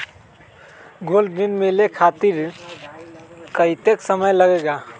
Gold ऋण मिले खातीर कतेइक समय लगेला?